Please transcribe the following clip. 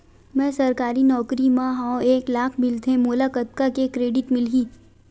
मैं सरकारी नौकरी मा हाव एक लाख मिलथे मोला कतका के क्रेडिट मिलही?